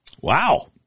wow